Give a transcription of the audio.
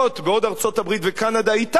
בעוד ארצות-הברית וקנדה אתנו,